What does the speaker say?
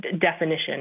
definition